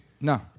No